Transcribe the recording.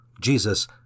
Jesus